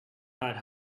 heard